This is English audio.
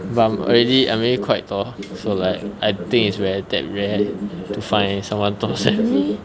but I'm already I'm already quite tall so like I think is rare damn rare to find someone taller than me